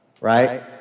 right